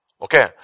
Okay